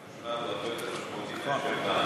בנושא הבטיחותי חשמל הוא הרבה יותר משמעותי מאשר מים.